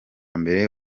mbere